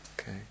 okay